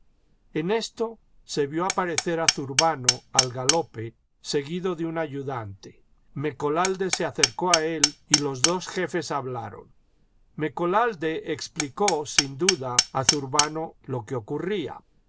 en esto se vio aparecer a zurbano al galope seguido de un ayudante mecolalde se acercó a él y los dos jefes hablaron mecolalde explicó sin duda a zurbano lo que ocurría